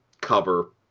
cover